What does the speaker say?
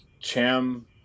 Cham